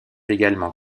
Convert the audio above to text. également